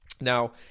now